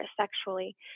sexually